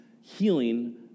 healing